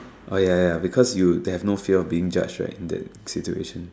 ya ya ya because you have no fear of being judged right that trip to Asia